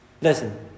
Listen